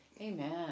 Amen